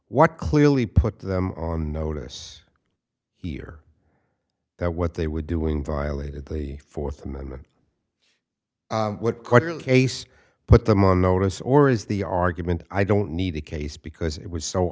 what clearly put them on notice here that what they were doing violated the fourth amendment what quarterly case put them on notice or is the argument i don't need a case because it was so